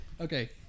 okay